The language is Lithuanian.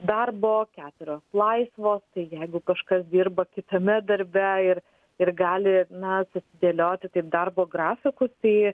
darbo keturios laisvos tai jeigu kažkas dirba kitame darbe ir ir gali na dėlioti taip darbo grafikus tai